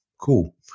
cool